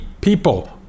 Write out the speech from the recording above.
people